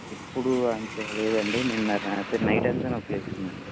ఎప్పుడు అంత లేదండి నిన్న రాత్రి నైట్ అంతా నొప్పులేస్తుందండి